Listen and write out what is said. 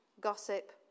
gossip